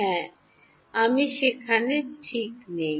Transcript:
হ্যাঁ আমি সেখানে ঠিক নেই